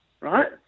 right